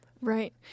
Right